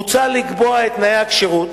מוצע לקבוע את תנאי הכשירות